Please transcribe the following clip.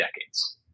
decades